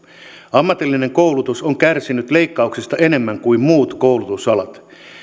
ammatillinen koulutus on kärsinyt leikkauksista enemmän kuin muut koulutusalat